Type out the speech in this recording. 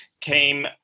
came